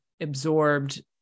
absorbed